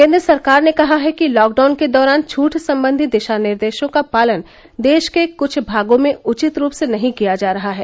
केन्द्र सरकार ने कहा है कि लॉकडाउन के दौरान छूट संबंधी दिशा निर्देशों का पालन देश के कुछ भागों में उचित रूप से नहीं किया जा रहा है